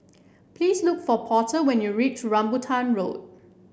please look for Porter when you reach Rambutan Road